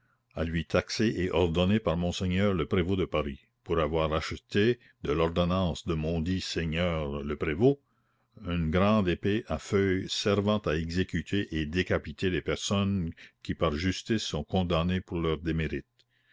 à lui taxée et ordonnée par monseigneur le prévôt de paris pour avoir acheté de l'ordonnance de mondit sieur le prévôt une grande épée à feuille servant à exécuter et décapiter les personnes qui par justice sont condamnées pour leurs démérites